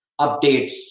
updates